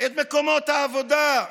את מקומות העבודה,